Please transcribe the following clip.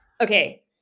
okay